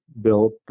built